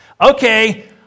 Okay